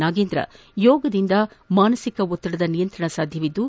ನಾಗೇಂದ್ರ ಯೋಗದಿಂದ ಮಾನಸಿಕ ಒತ್ತಡದ ನಿಯಂತ್ರಣ ಸಾಧ್ಯವಿದ್ದು